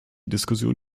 diskussion